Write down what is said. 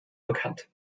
bekannt